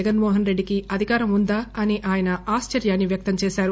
జగన్మో హన్ రెడ్డికి అధికారం ఉందా అని ఆయన ఆశ్చర్యాన్ని వ్యక్తం చేశారు